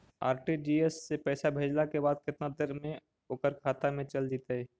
RTGS से पैसा भेजला के बाद केतना देर मे ओकर खाता मे चल जितै?